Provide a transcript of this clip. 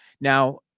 Now